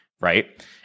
right